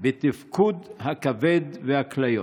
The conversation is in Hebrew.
בתפקוד הכבד והכליות.